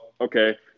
okay